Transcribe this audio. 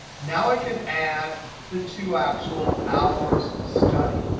now i can add the two actual hours studied.